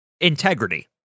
integrity